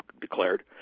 declared